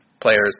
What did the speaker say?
Players